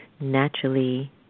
Naturally